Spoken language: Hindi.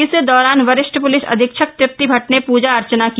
इस दौरान वरिष्ठ प्लिस अधीक्षक तृप्ति भट्ट ने पूजा अर्चना की